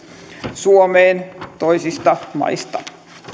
suomeen toisista maista